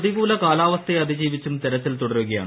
പ്രതികൂല കാലാവസ്ഥയെ അതിജീവിച്ചും തിരച്ചിൽ ്ട്രിക്കുതുടരുകയാണ്